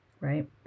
right